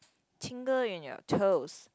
tingle in your toes